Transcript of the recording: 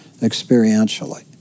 experientially